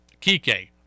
Kike